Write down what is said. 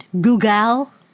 google